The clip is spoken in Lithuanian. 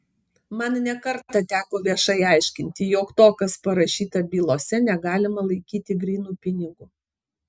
man ne kartą teko viešai aiškinti jog to kas parašyta bylose negalima laikyti grynu pinigu